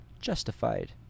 justified